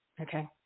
okay